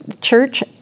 church